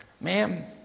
ma'am